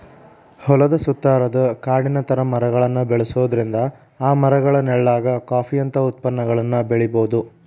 ಹೊಲದ ಸುತ್ತಾರಾದ ಕಾಡಿನ ತರ ಮರಗಳನ್ನ ಬೆಳ್ಸೋದ್ರಿಂದ ಆ ಮರಗಳ ನೆಳ್ಳಾಗ ಕಾಫಿ ಅಂತ ಉತ್ಪನ್ನಗಳನ್ನ ಬೆಳಿಬೊದು